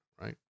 right